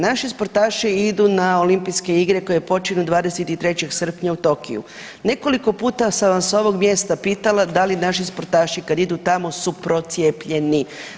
Naši sportaši idu na olimpijske igre koje počinju 23. srpnja u Tokiju, nekoliko puta sam vas s ovog mjesta pitala da li naši sportaši kad idu tamo su procijepljeni.